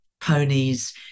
ponies